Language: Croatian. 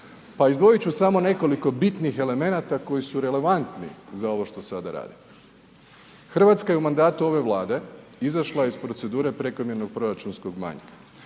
pa izdvojit ću samo nekoliko bitnih elemenata koji su relevantni za ovo što sada radimo. Hrvatska je u mandatu ove Vlade izašla iz procedure prekomjernog proračunskog manjka,